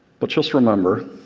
but just remember,